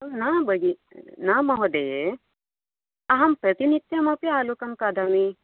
न बहि न महोदये अहं प्रतिनित्यमपि आलूकं खादामि